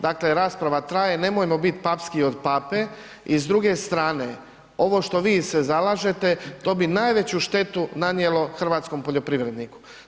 Dakle, rasprava traje nemojmo biti papskiji od pape i s druge strane ovo što vi se zalažete to bi najveću štetu nanijelo hrvatskom poljoprivrednik.